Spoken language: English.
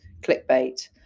clickbait